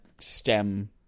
stem